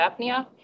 apnea